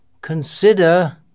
consider